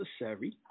necessary